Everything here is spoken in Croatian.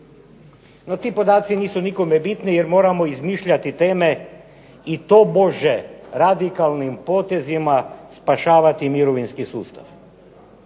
No ti podaci nisu nikome bitni jer moramo izmišljati teme i tobože radikalnim potezima spašavati mirovinski sustav.